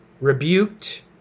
rebuked